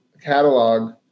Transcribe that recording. catalog